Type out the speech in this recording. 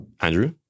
Andrew